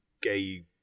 gay